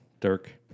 Dirk